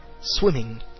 swimming